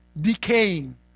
decaying